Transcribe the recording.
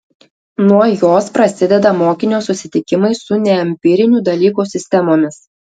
nuo jos prasideda mokinio susitikimai su neempirinių dalykų sistemomis